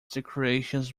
decorations